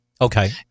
Okay